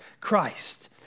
Christ